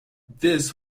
this